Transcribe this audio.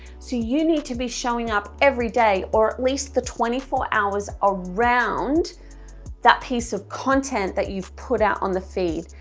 so you need to be showing up every day or at least the twenty four hours around that piece of content that you've put out on the feed,